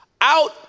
out